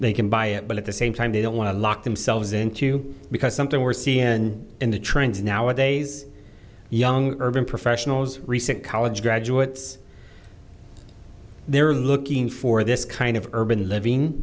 they can buy it but at the same time they don't want to lock themselves into you because something we're seeing in in the trends nowadays young urban professionals recent college graduates they're looking for this kind of urban living